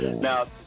Now